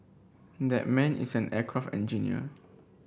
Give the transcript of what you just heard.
that man is an aircraft engineer